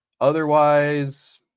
Otherwise